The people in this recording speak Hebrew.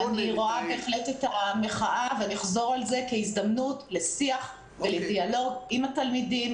אני רואה את המחאה כהזדמנות לשיח ולדיאלוג עם התלמידים